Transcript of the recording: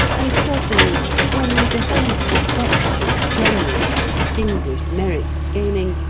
and certainly when we behold the spectacle of genuine distinguished merit gaining,